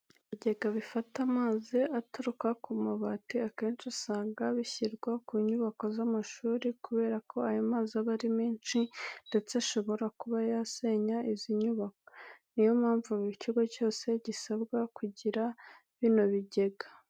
Ibigega bifata amazi aturuka ku mabati akenshi usanga bishyirwa ku nyubako z'amashuri kubera ko aya mazi aba ari menshi ndetse ashobora no kuba yasenya izi nyubako. Ni yo mpamvu buri kigo cyose gisabwa kugira bino bigega.